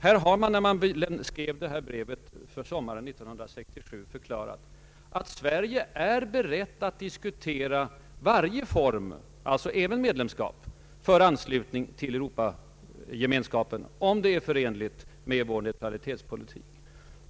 När regeringen skrev sitt mycket omskrivna brev till EEC sommaren 1967 förklarade man, att Sverige var berett att diskutera varje form, alltså även medlemskap, för anslutning till Europagemenskapen, som var förenlig med vår neutralitetspolitik.